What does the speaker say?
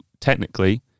technically